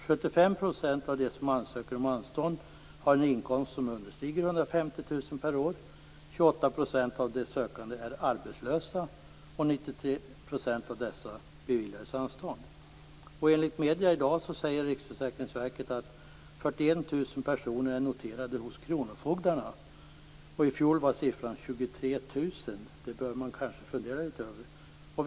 75 % av dem som ansöker om anstånd har en inkomst som understiger 150 000 av dessa beviljades anstånd. Enligt medierna i dag säger Riksförsäkringsverket att 41 000 personer är noterade hos kronofogdarna. I fjol var siffran 23 000. Det bör man kanske fundera över.